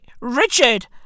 Richard